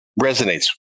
resonates